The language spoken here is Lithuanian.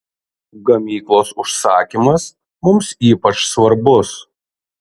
gamyklos užsakymas mums ypač svarbus